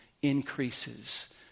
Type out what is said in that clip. increases